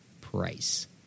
price